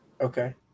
Okay